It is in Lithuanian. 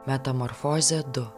metamorfozė du